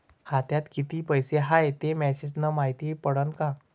खात्यात किती पैसा हाय ते मेसेज न मायती पडन का?